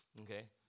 Okay